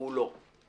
והוא לא.